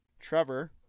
Trevor